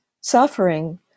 suffering